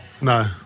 No